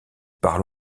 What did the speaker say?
par